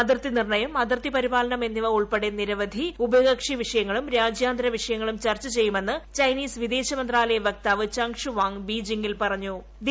അതിർത്തി നിർണയം അതിർത്തി പരിപാലനം എന്നിവ ഉൾപ്പെടെ നിരവധി ഉഭയകക്ഷി വിഷയങ്ങളും രാജ്യാന്തര വിഷയങ്ങളും ചർച്ച ൂചയ്യുമെന്ന് ചൈനീസ് വിദേശ മന്ത്രാലയ വക്താവ് ജംഗ്ഷുവാങ് ബീജിംഗിൽ പ്പുറുഞ്ഞു